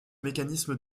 mécanisme